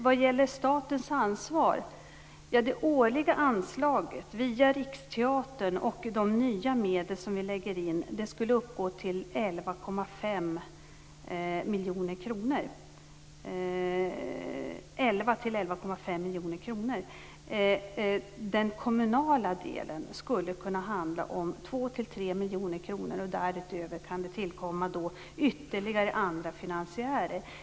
Vad gäller statens ansvar skall det årliga anslaget via Riksteatern och de nya medel som vi satsar uppgå till 11-11,5 miljoner kronor. Den kommunala delen skulle kunna handla om 2-3 miljoner kronor, och därutöver kan det tillkomma ytterligare finansiärer.